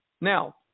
Now